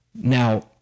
now